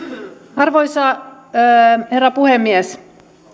arvoisa herra puhemies